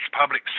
public